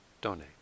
donate